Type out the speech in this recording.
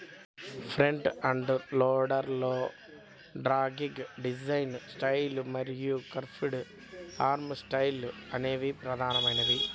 front end loader లలో dogleg design style మరియు curved arm style అనేవి ప్రధానమైనవి